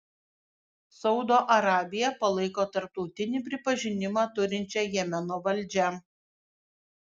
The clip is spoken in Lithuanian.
saudo arabija palaiko tarptautinį pripažinimą turinčią jemeno valdžią